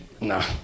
no